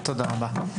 תודה רבה.